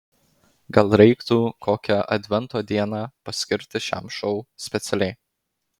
gal reiktų kokią advento dieną paskirti šiam šou specialiai